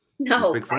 No